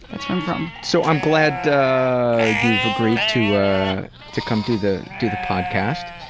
that's where i'm from. so i'm glad you've agreed to ah to come do the do the podcast,